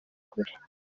kure